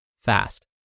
fast